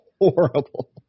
horrible